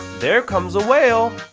there comes a whale!